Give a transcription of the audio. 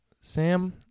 Sam